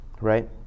right